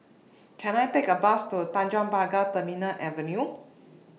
Can I Take A Bus to Tanjong Pagar Terminal Avenue